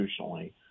institutionally